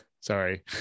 sorry